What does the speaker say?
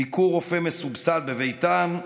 ביקור רופא מסובסד בביתם,